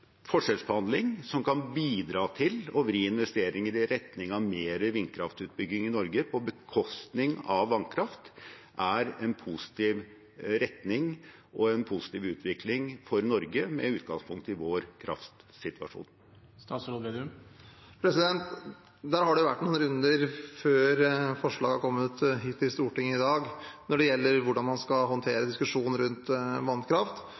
forskjellsbehandling som kan bidra til å vri investeringer i retning av mer vindkraftutbygging i Norge på bekostning av vannkraft, er en positiv retning og en positiv utvikling for Norge med utgangspunkt i vår kraftsituasjon? Der har det vært noen runder før forslaget har kommet hit til Stortinget i dag, når det gjelder hvordan man skal håndtere diskusjonen rundt vannkraft.